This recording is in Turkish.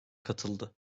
katıldı